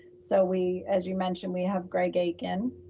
so we, as you mentioned, we have greg akin.